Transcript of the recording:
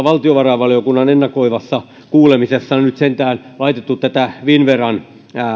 valtiovarainvaliokunnan ennakoivassa kuulemisessa nyt sentään laitettu tätä finnveran